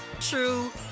true